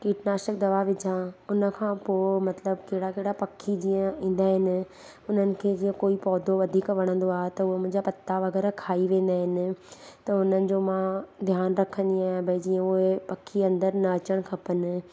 कीटनाशक दवा विझां उन खां पो मतिलबु कहिड़ा कहिड़ा पखी जीअं ईंदा आहिनि हुननि खे जीअं कोई पौधो वधीक वणंदो आहे त उहे मुंहिंजा पत्ता वगैरह खाई वेंंदा आहिनि त हुननि जो मां ध्यानु रखंदी आहियां भई जीअं उहे पखी अंदरु न अचणु खपनि